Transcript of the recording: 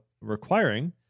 requiring